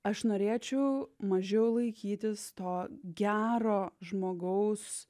aš norėčiau mažiau laikytis to gero žmogaus